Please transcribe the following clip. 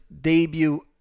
debut